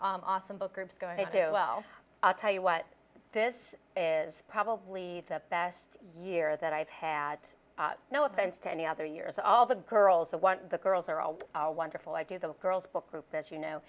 awesome book groups going to do well i'll tell you what this is probably the best year that i've had no offense to any other years all the girls want the girls are all wonderful i do the girls book group that you know